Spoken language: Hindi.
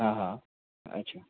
हाँ हाँ अच्छा